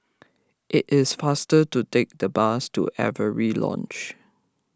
it is faster to take the bus to Avery Lodge